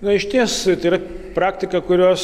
na išties tai yra praktika kurios